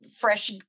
fresh